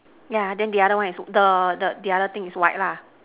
yeah then the other one is the the other thing is white lah